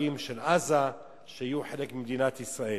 הערבים של עזה שיהיו חלק ממדינת ישראל.